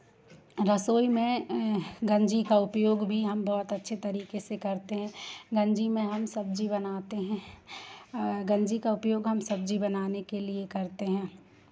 रसोई में गंजी का उपयोग भी हम बहुत अच्छे तरीके से करते हैं गंजी में हम सब्ज़ी बनाते हैं गंजी का उपयोग हम सब्ज़ी बनाने के लिए करते हैं